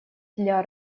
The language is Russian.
для